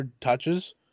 touches